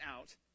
out